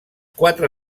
quatre